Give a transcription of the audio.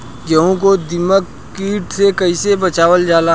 गेहूँ को दिमक किट से कइसे बचावल जाला?